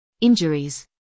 Injuries